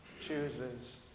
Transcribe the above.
chooses